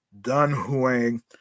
Dunhuang